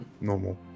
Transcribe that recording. normal